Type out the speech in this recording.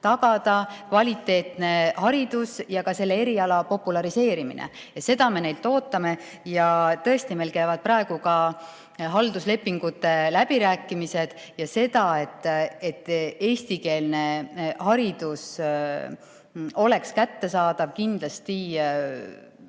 tagada kvaliteetne haridus ja ka selle eriala populariseerimine. Seda me neilt ootame. Ja tõesti, meil käivad praegu halduslepingute läbirääkimised ja seda, et eestikeelne haridus oleks kättesaadav, kindlasti